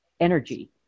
energy